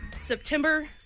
September